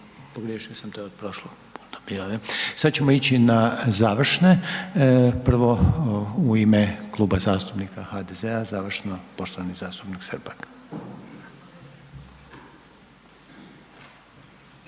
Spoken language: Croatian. pardon, to je od prošlog puta. Sada ćemo ići na završne, prvo u ime Kluba zastupnika HDZ-a završno poštovani zastupnik Srpak.